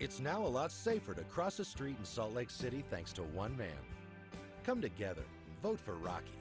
it's now a lot safer to cross a street in salt lake city thanks to one man come together vote for rocky